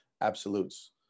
absolutes